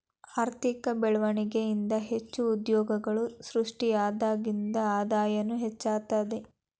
ಆರ್ಥಿಕ ಬೆಳ್ವಣಿಗೆ ಇಂದಾ ಹೆಚ್ಚು ಉದ್ಯೋಗಗಳು ಸೃಷ್ಟಿಯಾದಂಗ್ ಆದಾಯನೂ ಹೆಚ್ತದ